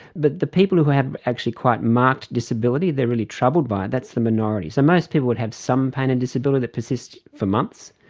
but the people who have actually quite marked disability, they are really troubled by it, that's the minority. so most people would have some pain and disability that persists for months.